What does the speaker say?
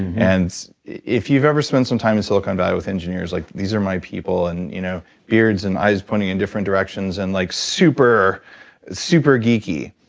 and if you've ever spent some time in silicon valley with engineers, like these are my people. and you know beards and eyes pointing in different directions and like super super geeky.